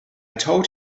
told